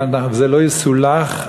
וזה לא יסולח,